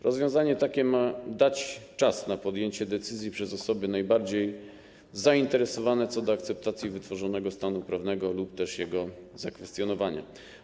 Rozwiązanie takie ma dać czas na podjęcie decyzji przez osoby najbardziej zainteresowane co do akceptacji wytworzonego stanu prawnego lub też jego zakwestionowania.